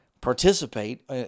participate